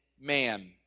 man